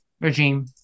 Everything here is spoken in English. regime